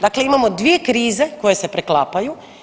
Dakle, imamo dvije krize koje se preklapaju.